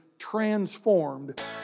transformed